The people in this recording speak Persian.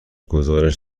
گزارش